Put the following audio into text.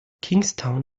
kingstown